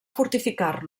fortificar